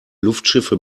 luftschiffe